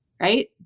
right